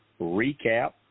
recap